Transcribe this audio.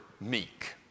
meek